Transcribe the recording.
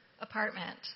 apartment